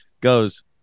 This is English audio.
goes